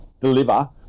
deliver